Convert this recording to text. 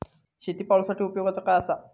शेळीपाळूसाठी उपयोगाचा काय असा?